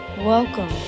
Welcome